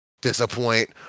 disappoint